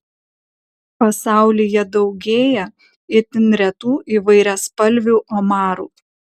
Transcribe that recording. pasaulyje daugėja itin retų įvairiaspalvių omarų